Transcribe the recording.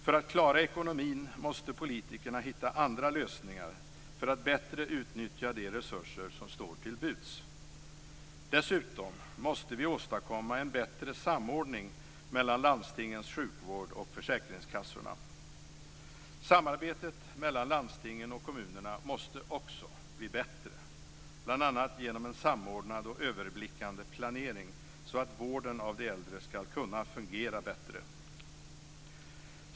För att klara ekonomin måste politikerna hitta andra lösningar för att bättre utnyttja de resurser som står till buds. Dessutom måste vi åstadkomma en bättre samordning mellan landstingens sjukvård och försäkringskassorna. Samarbetet mellan landstingen och kommunerna måste också bli bättre, bl.a. genom en samordnad och överblickande planering, så att vården av de äldre skall kunna fungera bättre.